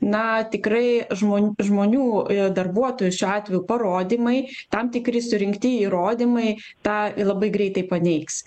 na tikrai žmon žmonių i darbuotojų šiuo atveju parodymai tam tikri surinkti įrodymai tą labai greitai paneigs